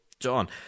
john